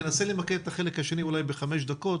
תנסה למקד את החלק השני בחמש דקות,